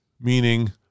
meaning